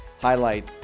highlight